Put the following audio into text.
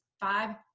five